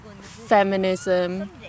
feminism